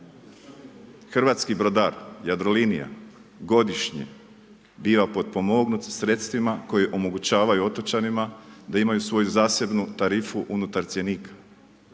Hrvatski brodar, Jadrolinija godišnje biva potpomognut sa sredstvima koje omogućavaju otočanima da imaju svoju zasebnu tarifu unutar cjenika